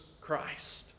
Christ